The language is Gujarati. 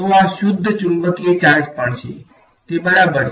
તો આ શુદ્ધ ચુંબકીય ચાર્જ પણ છે તે બરાબર છે